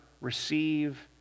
receive